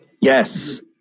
Yes